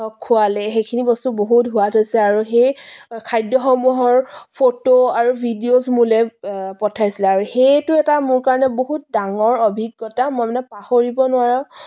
খুৱালে সেইখিনি বস্তু বহুত সোৱাদ হৈছে আৰু সেই খাদ্যসমূহৰ ফটো আৰু ভিডিঅ'জ মোলৈ পঠাইছিলে আৰু সেইটো এটা মোৰ কাৰণে বহুত ডাঙৰ অভিজ্ঞতা মই মানে পাহৰিব নোৱাৰা